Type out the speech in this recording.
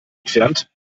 entfernt